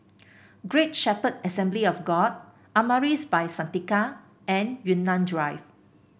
Great Shepherd Assembly of God Amaris By Santika and Yunnan Drive